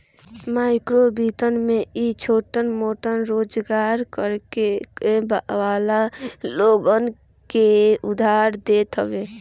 माइक्रोवित्त में इ छोट मोट रोजगार करे वाला लोगन के उधार देत हवे